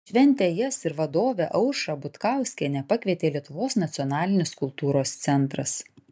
į šventę jas ir vadovę aušrą butkauskienę pakvietė lietuvos nacionalinis kultūros centras